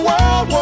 World